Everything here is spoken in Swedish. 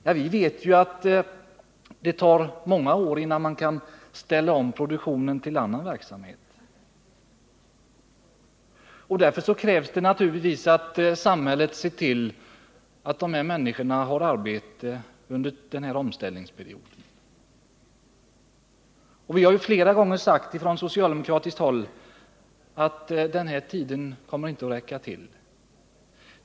Ja, vi vet ju att det tar många år innan man kan ställa om produktionen till annan verksamhet, och då är det naturligtvis nödvändigt att samhället ser till att dessa människor har arbete under omställningsperioden. Vi har från socialdemokratiskt håll flera gånger sagt att den angivna perioden inte kommer att räcka till.